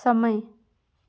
समय